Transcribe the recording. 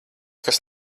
kas